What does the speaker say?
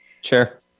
Sure